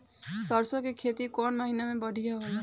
सरसों के खेती कौन महीना में बढ़िया होला?